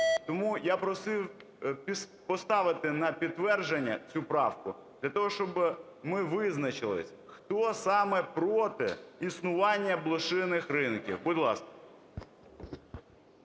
Тому я просив поставити на підтвердження цю правку для того, щоб ми визначились, хто саме проти існування блошиних ринків. Будь ласка.